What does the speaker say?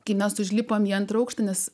kai mes užlipome į antrą aukštą nes